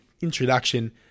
introduction